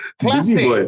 Classic